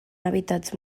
hàbitats